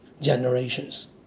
generations